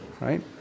right